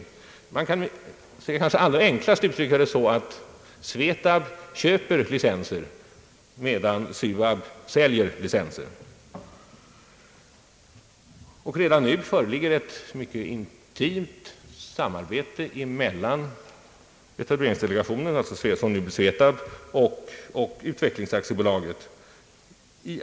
Man kanske allra enklast kan uttrycka det så, att SVETAB köper licenser, medan SUAB säljer licenser. Och redan nu är ett mycket intimt samarbete etablerat mellan etableringsdelegationen, «alltså SVETAB, och utvecklingsbolaget.